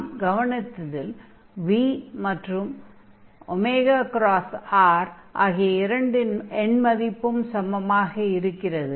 நாம் கவனித்ததில் v மற்றும் r ஆகிய இரண்டின் எண்மதிப்பும் சமமாக இருக்கிறது